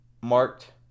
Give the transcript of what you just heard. marked